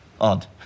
odd